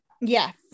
Yes